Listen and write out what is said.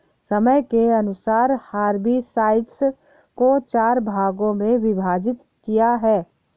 समय के अनुसार हर्बिसाइड्स को चार भागों मे विभाजित किया है